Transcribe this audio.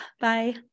Bye